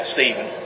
Stephen